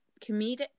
comedic